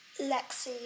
Lexi